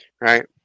Right